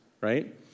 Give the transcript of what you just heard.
right